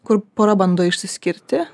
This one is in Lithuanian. kur pora bando išsiskirti